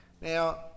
Now